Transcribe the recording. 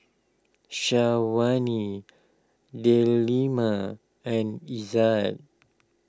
Delima and Izzat